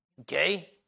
Okay